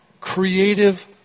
creative